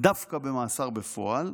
דווקא במאסר בפועל.